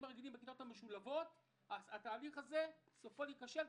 הרגילים בכיתות המשולבות אז התהליך הזה סופו להיכשל,